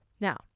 Now